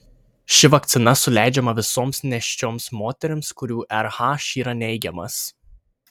ši vakcina suleidžiama visoms nėščioms moterims kurių rh yra neigiamas